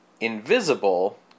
invisible